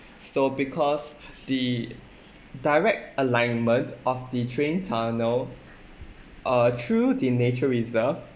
so because the direct alignment of the train tunnel uh through the nature reserve